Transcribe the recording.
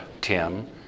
Tim